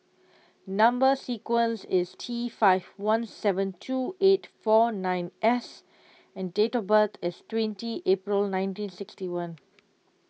Number Sequence is T five one seven two eight four nine S and date of birth is twenty April nineteen sixty one